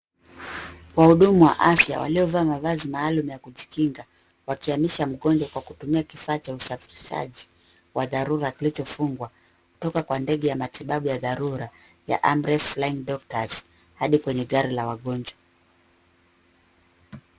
Wahudumu wa afya waliovaa mavazi maalum ya kujikinga wakihamisha mgonjwa kwa kutumia kifaa cha usafirishaji wa dharura kilichofungwa, kutoka kwa ndege ya matibabu ya dharura ya Amref Flying Doctors , hadi kwenye gari la wagonjwa.